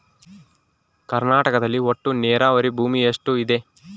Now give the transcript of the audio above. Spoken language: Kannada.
ಕರ್ನಾಟಕದಲ್ಲಿ ಒಟ್ಟು ನೇರಾವರಿ ಭೂಮಿ ಎಷ್ಟು ಇದೆ?